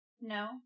No